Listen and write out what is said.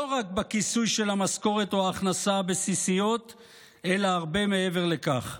לא רק בכיסוי של המשכורת או ההכנסה הבסיסיות אלא הרבה מעבר לכך.